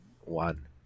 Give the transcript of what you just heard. one